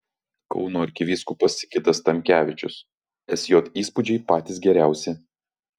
kauno arkivyskupas sigitas tamkevičius sj įspūdžiai patys geriausi